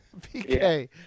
PK